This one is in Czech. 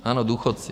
Ano, důchodci.